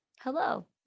Hello